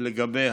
לגבי